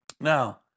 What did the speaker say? Now